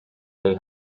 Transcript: they